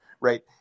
Right